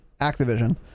Activision